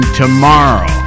tomorrow